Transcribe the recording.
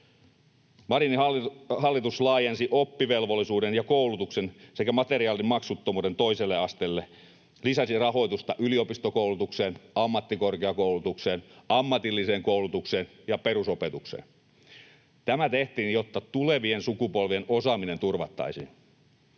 Marinin hallitus laajensi oppivelvollisuuden ja koulutuksen sekä materiaalin maksuttomuuden toiselle asteelle sekä lisäsi rahoitusta yliopistokoulutukseen, ammattikorkeakoulutukseen, ammatilliseen koulutukseen ja perusopetukseen. Tämä tehtiin, jotta tulevien sukupolvien osaaminen turvattaisiin.